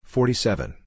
Forty-seven